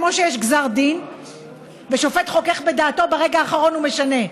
כמו שיש גזר דין ושופט חוכך בדעתו וברגע האחרון הוא משנה,